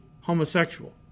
homosexual